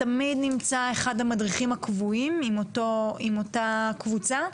תמיד נמצא אחד המדריכים הקבועים עם אותה הקבוצה?